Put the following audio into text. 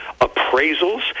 appraisals